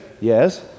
Yes